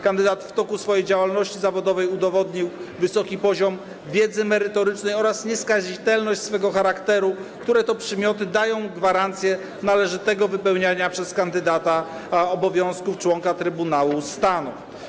Kandydat w toku swojej działalności zawodowej udowodnił wysoki poziom wiedzy merytorycznej oraz nieskazitelność swego charakteru, które to przymioty dają gwarancję należytego wypełniania przez kandydata obowiązków członka Trybunału Stanu.